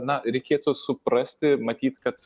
na reikėtų suprasti matyt kad